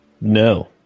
No